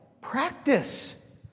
practice